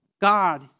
God